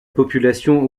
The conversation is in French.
population